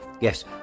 Yes